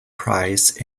prize